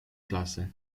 klasy